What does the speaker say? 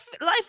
life